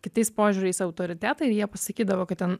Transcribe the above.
kitais požiūriais autoritetai jie pasakydavo kad ten